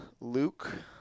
Luke